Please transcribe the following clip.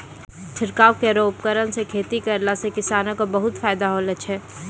छिड़काव केरो उपकरण सँ खेती करला सें किसानो क बहुत फायदा होलो छै